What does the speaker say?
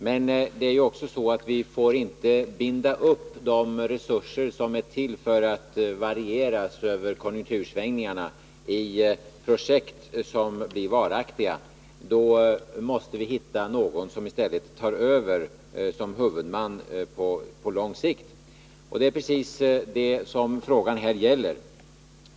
Men vi får inte binda upp de resurser som äär till för att varieras över konjunktursvängningarna i projekt som blir varaktiga. Då måste vi i stället hitta någon som tar över som huvudman på lång sikt. Det är precis det frågan här gäller.